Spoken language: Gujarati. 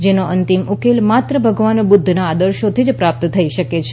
જેનો અંતિમ ઉકેલ માત્ર ભગવાન બુધ્ધના આદર્શોથી જ પ્રાપ્ત થઇ શકે છે